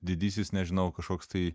didysis nežinau kažkoks tai